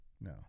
No